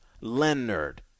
Leonard